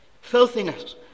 Filthiness